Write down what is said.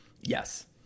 Yes